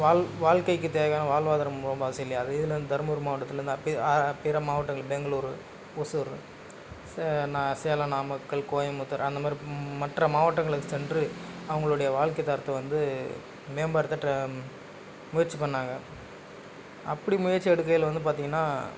வாழ் வாழ்க்கைக்கு தேவையான வாழ்வாதாரம் ரொம்ப அவசியம் இல்லையா அந்த இதில் வந்து தருமபுரி மாவட்டத்தில் வந்து அப்பே பிற மாவட்டங்கள் பெங்களூர் ஒசூர் சே நா சேலம் நாமக்கல் கோயபுத்தூர் அந்த மாதிரி மற்ற மாவட்டங்களுக்கு சென்று அவங்களுடைய வாழ்க்கை தரத்தை வந்து மேம்படுத்த ட முயற்சி பண்ணாங்க அப்படி முயற்சி எடுக்கையில் வந்து பார்த்தீங்கன்னா